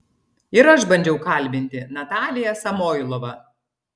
ir aš bandžiau kalbinti nataliją samoilovą